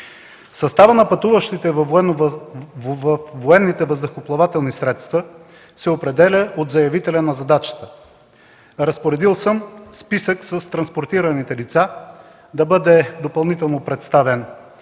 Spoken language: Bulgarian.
Съставът на пътуващите във военните въздухоплавателни средства се определя от заявителя на задачата. Разпоредил съм списък с транспортираните лица да бъде допълнително представен